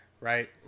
right